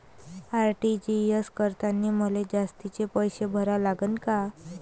RTGS करतांनी मले जास्तीचे पैसे भरा लागन का?